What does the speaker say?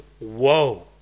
Whoa